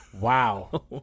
Wow